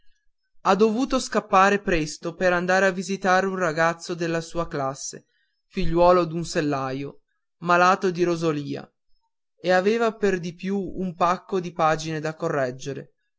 ha dovuto scappar presto per andar a visitare un ragazzo della sua classe figliuolo d'un sellaio malato di rosolia e aveva per di più un pacco di pagine da correggere